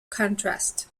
contrast